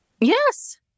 Yes